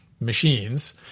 machines